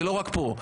זה לא רק פה.